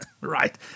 right